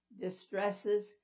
Distresses